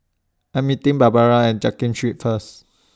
I'm meeting Barbara At Jiak Kim Street First